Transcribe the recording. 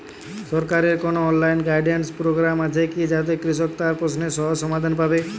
সরকারের কোনো online guidance programme আছে কি যাতে কৃষক তার প্রশ্নের সহজ সমাধান পাবে?